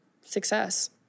success